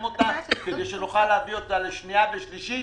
אותה כדי שנוכל להביא אותה לקריאה שנייה ושלישית,